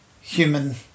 human